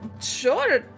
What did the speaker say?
sure